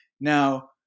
Now